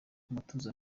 umutuzo